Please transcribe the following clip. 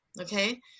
okay